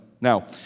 Now